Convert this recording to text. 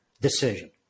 decision